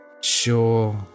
sure